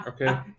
okay